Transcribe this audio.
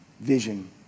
vision